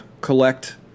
collect